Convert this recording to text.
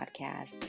podcast